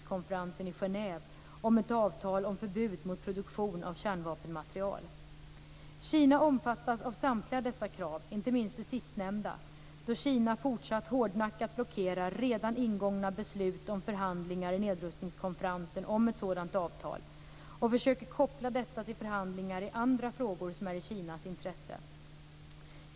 Kina omfattas av samtliga dessa krav, inte minst det sistnämnda, då Kina fortsatt hårdnackat blockerar redan ingångna beslut om förhandlingar i CD om ett sådant avtal och försöker koppla detta till förhandlingar i andra frågor som är i Kinas intresse.